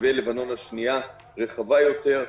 מתווה מלחמת לבנון השנייה, רחבה יותר.